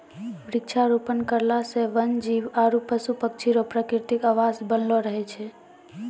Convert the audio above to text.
वृक्षारोपण करला से वन जीब आरु पशु पक्षी रो प्रकृतिक आवास बनलो रहै छै